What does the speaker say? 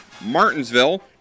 Martinsville